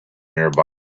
nearby